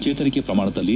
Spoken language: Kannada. ಚೇತರಿಕೆ ಪ್ರಮಾಣದಲ್ಲಿ